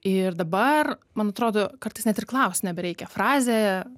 ir dabar man atrodo kartais net ir klaust nebereikia frazė